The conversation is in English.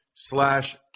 Slash